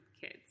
kids